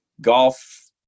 golf